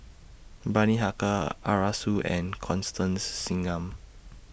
Bani Haykal Arasu and Constance Singam